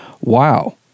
Wow